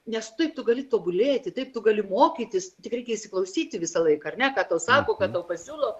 nes taip tu gali tobulėti taip tu gali mokytis tik reikia įsiklausyti visą laiką ar ne ką tau sako ką tau pasiūlo